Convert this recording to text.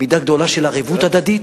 מידה גדולה של ערבות הדדית,